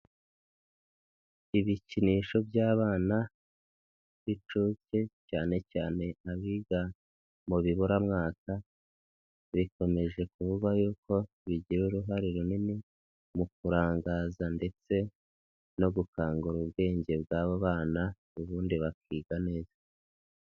Ibikinisho by'abana b'inshuke cyane cyane abiga mu biburamwaka, bikomeje kuvuga yuko bigira uruhare runini mu kurangaza ndetse no gukangura ubwenge bw'abo bana, ubundi bakiga neza.